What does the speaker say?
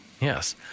yes